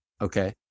Okay